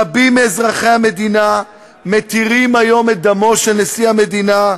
רבים מאזרחי המדינה מתירים היום את דמו של נשיא המדינה,